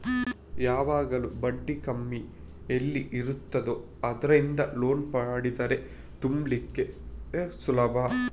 ಯಾವಾಗ್ಲೂ ಬಡ್ಡಿ ಕಮ್ಮಿ ಎಲ್ಲಿ ಇರ್ತದೋ ಅದ್ರಿಂದ ಲೋನ್ ಮಾಡಿದ್ರೆ ತುಂಬ್ಲಿಕ್ಕು ಸುಲಭ